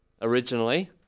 originally